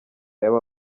yaba